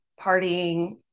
partying